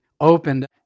opened